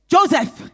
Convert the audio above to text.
Joseph